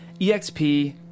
EXP